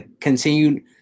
continued